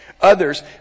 others